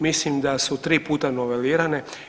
Mislim da su 3 puta novelirane.